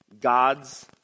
God's